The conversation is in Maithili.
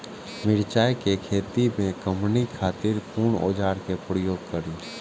मिरचाई के खेती में कमनी खातिर कुन औजार के प्रयोग करी?